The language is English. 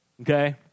Okay